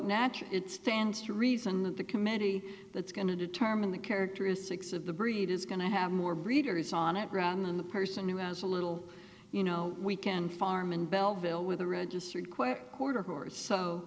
natural it stands to reason that the committee that's going to determine the characteristics of the breed is going to have more readers on it ground than the person who has a little you know we can farm in bellville with a registered quick quarter horse so